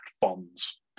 bonds